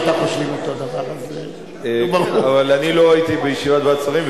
אבל אני לא הייתי בוועדת השרים,